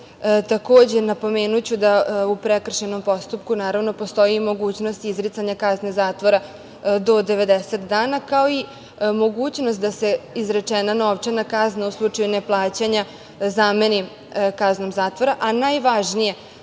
napomenuću da u prekršajnom postupku, naravno, postoji i mogućnost izricanja kazne zatvora do 90 dana, kao i mogućnost da se izrečena novčana kazna u slučaju neplaćanja zameni kaznom zatvora, a najvažnije,